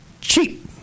cheap